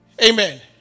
amen